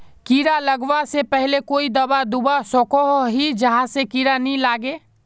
कीड़ा लगवा से पहले कोई दाबा दुबा सकोहो ही जहा से कीड़ा नी लागे?